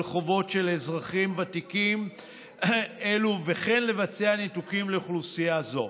חובות של אזרחים ותיקים אלו וכן לבצע ניתוקים לאוכלוסייה זו.